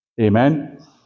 Amen